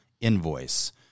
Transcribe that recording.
invoice